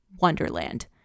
Wonderland